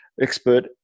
expert